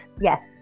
Yes